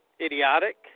idiotic